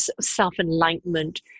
self-enlightenment